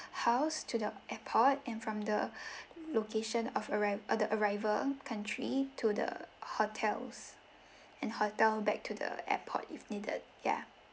house to the airport and from the location of arriv~ uh the arrival country to the hotels and hotel back to the airport if needed ya